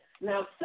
Now